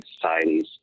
societies